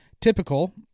Typical